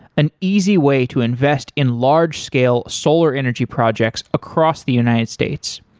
an easy way to invest in large scale solar energy projects across the united states.